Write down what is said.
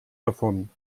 davon